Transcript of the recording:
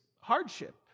hardship